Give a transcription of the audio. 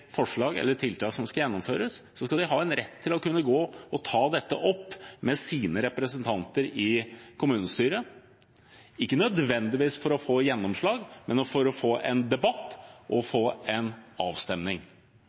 forslag eller tiltak som skal gjennomføres, skal de ha en rett til å kunne gå og ta dette opp med sine representanter i kommunestyret, ikke nødvendigvis for å få gjennomslag, men for å få en debatt og en avstemning.